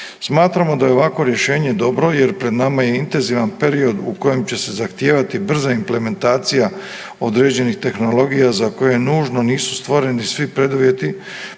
Smatramo da je ovako rješenje dobro jer pred nama je intenzivan period u kojem će se zahtijevati brza implementacija određenih tehnologija za koje nužno nisu stvoreni svi preduvjeti,